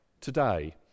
today